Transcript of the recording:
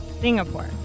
Singapore